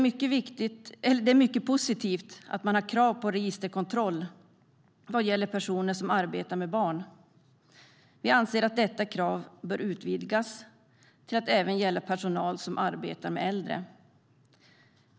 Det är mycket positivt att man har krav på registerkontroll när det gäller personer som arbetar med barn. Vi anser att detta krav bör utvidgas till att även gälla personal som arbetar med äldre.